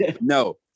no